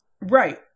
Right